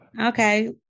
Okay